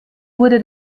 wurde